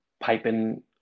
piping